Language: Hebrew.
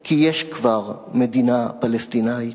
כי יש כבר מדינה פלסטינית,